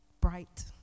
bright